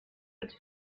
als